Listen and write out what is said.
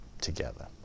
together